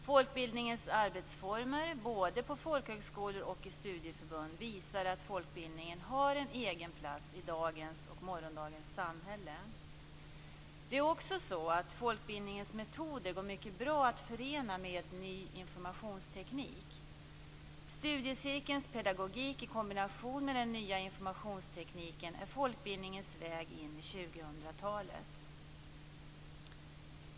Folkbildningens arbetsformer, både på folkhögskolor och i studieförbund, visar att folkbildningen har en egen plats i dagens och morgondagens samhälle. Folkbildningens metoder går mycket bra att förena med ny informationsteknik. Studiecirkelns pedagogik i kombination med den nya informationstekniken är folkbildningens väg in i 2000-talet.